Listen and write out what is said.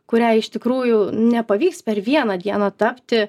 kuriai iš tikrųjų nepavyks per vieną dieną tapti